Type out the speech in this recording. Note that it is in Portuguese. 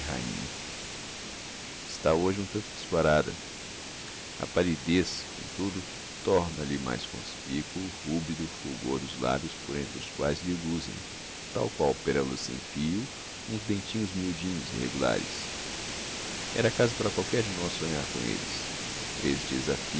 rainha está hoje um tanto descoráda a pallidez comtudo torna lhe mais conspicuo o rubido fulgor dos labios por entre os quaes lhe luzem tal qual perolas em fio uns dentinhos miudinhos e regulares era caso para qualquer de nós sonhar com elles três dias